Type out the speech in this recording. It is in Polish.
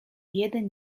jeden